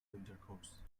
intercourse